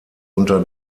unter